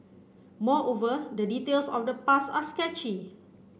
moreover the details of the past are sketchy